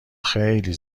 خیلی